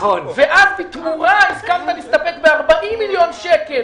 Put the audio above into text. ובתמורה הסכמת להסתפק ב-40 מיליון שקל